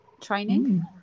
training